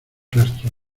rastro